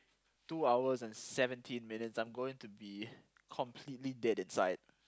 two hours and seventeen minutes I'm going to be completely dead inside